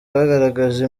bwagaragaje